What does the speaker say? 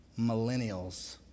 millennials